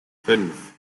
fünf